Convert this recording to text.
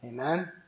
Amen